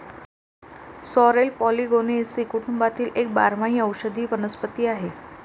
sorrel Polygonaceae कुटुंबातील एक बारमाही औषधी वनस्पती आहे